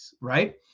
right